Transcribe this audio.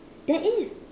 there is